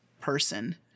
person